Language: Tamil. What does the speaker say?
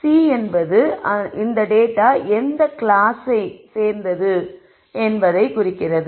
C என்பது இந்த டேட்டா எந்த கிளாசை சேர்ந்தது என்பதைக் குறிக்கிறது